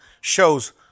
shows